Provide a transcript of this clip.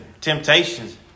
temptations